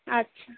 আচ্ছা